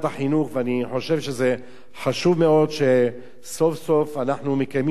ואני חושב שזה חשוב מאוד שסוף-סוף אנחנו מקיימים פה דיונים,